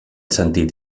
sentit